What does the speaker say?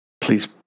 Please